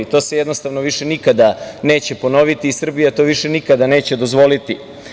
To se jednostavno više nikada neće ponoviti i Srbija to više nikada neće dozvoliti.